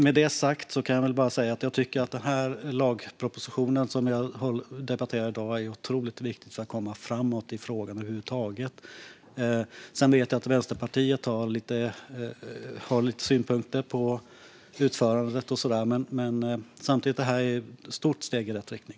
Med det sagt tycker jag att den lagproposition som vi debatterar i dag är otroligt viktig för att komma framåt i frågan över huvud taget. Sedan vet jag att Vänsterpartiet har lite synpunkter på utförandet. Samtidigt är det ett stort steg i rätt riktning.